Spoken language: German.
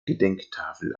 gedenktafel